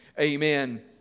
Amen